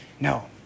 No